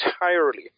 entirely